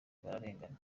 bararengana